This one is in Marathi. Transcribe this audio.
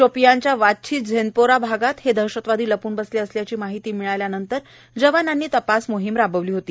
शोपियानच्या वाच्छी झेनपोरा भागात हे दहशतवादी लपून बसले असल्याची माहिती मिळाल्यानंतर जवानांनी तपास मोहिम राबविली होती